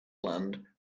land